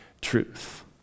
truth